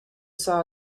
saw